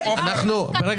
קרן, ברגע